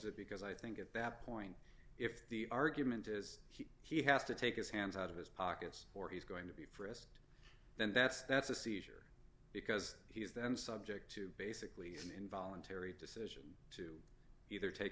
it because i think at that point if the argument is he he has to take his hands out of his pockets or he's going to be frisked then that's that's a seizure because he was then subject to basically an involuntary decision either take